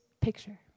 picture